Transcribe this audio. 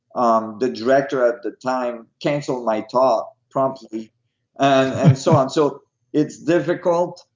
um the director at the time canceled my talk promptly and so on. so it's difficult.